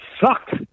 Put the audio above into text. sucked